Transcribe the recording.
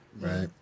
Right